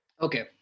okay